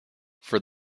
for